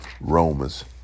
Romans